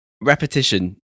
repetition